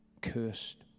cursed